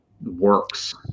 works